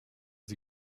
sie